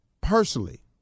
personally